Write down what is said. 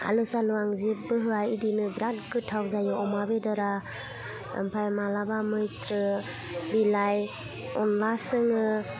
आलु सालु आं जेबबो होआ बिदिनो बिराद गोथाव जायो अमा बेदरा ओमफाय मालाबा मैथ्रु बिलाइ अनला सोङो